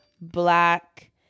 black